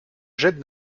jette